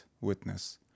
witness